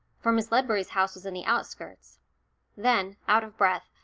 for miss ledbury's house was in the outskirts then, out of breath,